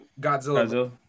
Godzilla